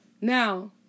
Now